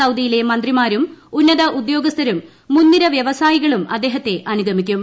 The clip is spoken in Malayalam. സൌദിയിലെ മന്ത്രിമാരും ഉന്നത ഉദ്യോഗസ്ഥരും മുൻനിര വ്യവസായികളും അദ്ദേഹത്തെ അനുഗമിക്കും